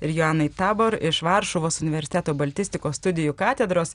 ir joanai tabor iš varšuvos universiteto baltistikos studijų katedros